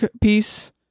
piece